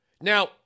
Now